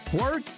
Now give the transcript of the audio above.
work